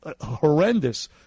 horrendous